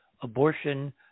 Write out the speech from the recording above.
abortion